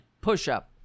push-up